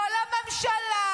לא לממשלה,